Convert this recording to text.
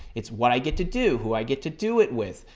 it's what i get to do. who i get to do it with.